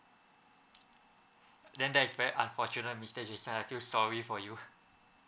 then that is very unfortunate mister jason I feel sorry for you